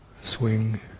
swing